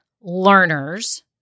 learners